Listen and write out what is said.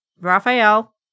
Raphael